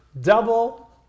double